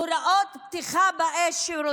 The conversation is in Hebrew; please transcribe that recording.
הוראות פתיחה באש ששר